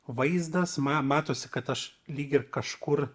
vaizdas ma matosi kad aš lyg ir kažkur